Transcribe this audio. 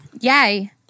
Yay